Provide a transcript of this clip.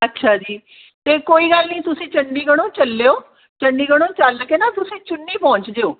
ਅੱਛਾ ਜੀ ਤਾਂ ਕੋਈ ਗੱਲ ਨਹੀਂ ਤੁਸੀਂ ਚੰਡੀਗੜਿਓ ਚੱਲਿਓ ਚੰਡੀਗੜ੍ਹੋਂ ਚੱਲ ਕੇ ਨਾ ਤੁਸੀਂ ਚੁੰਨੀ ਪਹੁੰਚ ਜਿਓ